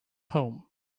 home